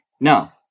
No